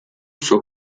suo